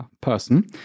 person